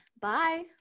Bye